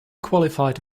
qualified